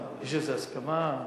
יש איזו הסכמה?